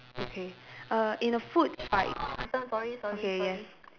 okay err in a food fight okay yes